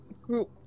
Group